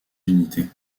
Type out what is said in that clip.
unités